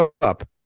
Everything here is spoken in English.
up